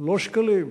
לא שקלים.